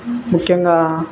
ముఖ్యంగా